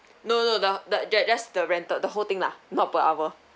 no no no the the that just the rental the whole thing lah not per hour